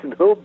no